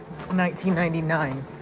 1999